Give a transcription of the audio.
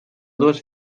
dues